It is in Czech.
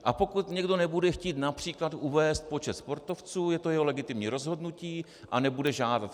A pokud někdo nebude chtít například uvést počet sportovců, je to jeho legitimní rozhodnutí a nebude žádat.